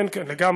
כן כן, לגמרי.